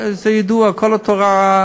זה ידוע, כל התורה,